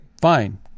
fine